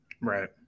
Right